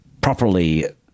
properly